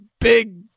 big